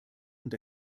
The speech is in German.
und